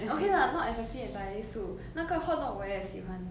okay lah not exactly entirely 素那个 hotdog 我也喜欢